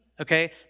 okay